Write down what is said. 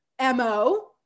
MO